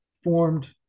formed